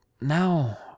now